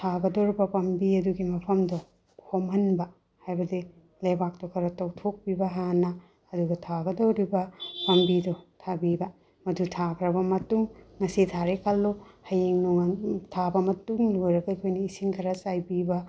ꯊꯥꯒꯗꯧꯔꯕ ꯄꯥꯝꯕꯤ ꯑꯗꯨꯒꯤ ꯃꯐꯝꯗꯣ ꯍꯣꯝꯃꯟꯕ ꯍꯥꯏꯕꯗꯤ ꯂꯩꯕꯥꯛꯇꯣ ꯈꯔ ꯇꯧꯊꯣꯛꯄꯤꯕ ꯍꯥꯟꯅ ꯑꯗꯨꯒ ꯊꯥꯒꯗꯧꯔꯤꯕ ꯄꯥꯝꯕꯤꯗꯣ ꯊꯥꯕꯤꯕ ꯃꯗꯨ ꯊꯥꯈ꯭ꯔꯕ ꯃꯇꯨꯡ ꯉꯁꯤ ꯊꯥꯔꯦ ꯈꯜꯂꯣ ꯍꯌꯦꯡ ꯊꯥꯕ ꯃꯇꯨꯡ ꯂꯣꯏꯔꯒ ꯑꯩꯈꯣꯏꯅ ꯏꯁꯤꯡ ꯈꯔ ꯆꯥꯏꯕꯤꯕ